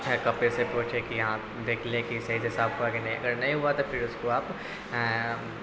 خیر کپڑے سے پوچھیں کہ یہاں دیکھ لیں کہ اس صحیح سے صاف ہوا کہ نہیں اگر نہیں ہوا تو پھر اس کو آپ